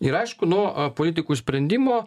ir aišku nuo a politikų sprendimo